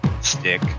stick